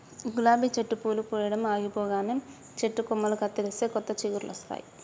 గులాబీ చెట్టు పూలు పూయడం ఆగిపోగానే చెట్టు కొమ్మలు కత్తిరిస్తే కొత్త చిగురులొస్తాయి